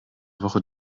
woche